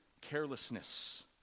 carelessness